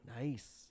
Nice